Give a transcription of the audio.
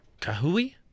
Kahui